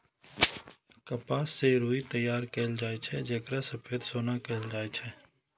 कपास सं रुई तैयार कैल जाए छै, जेकरा सफेद सोना कहल जाए छै